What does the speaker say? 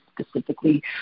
specifically